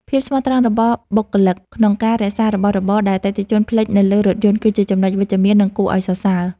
ភាពស្មោះត្រង់របស់បុគ្គលិកក្នុងការរក្សារបស់របរដែលអតិថិជនភ្លេចនៅលើរថយន្ត គឺជាចំណុចវិជ្ជមាន និងគួរឱ្យសរសើរ។